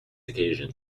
occasion